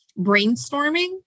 brainstorming